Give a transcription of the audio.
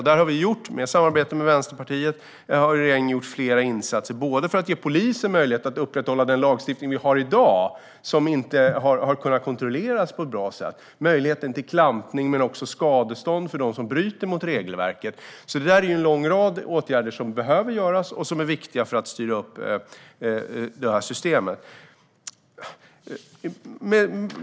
Där har regeringen i samarbete med Vänsterpartiet gjort flera insatser för att ge polisen möjlighet att upprätthålla den lagstiftning som finns i dag, som inte har kunnat kontrolleras på ett bra sätt, med klampning och skadestånd från dem som bryter mot regelverket. Här finns en lång rad åtgärder som behöver vidtas och som är viktiga för att styra upp systemet.